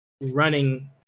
running